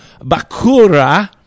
Bakura